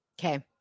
Okay